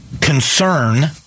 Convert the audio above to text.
concern –